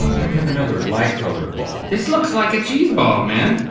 yeah we have another light colored ball. this looks like a cheese ball, man.